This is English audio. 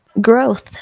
growth